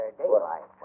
daylight